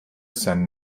sein